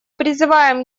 призываем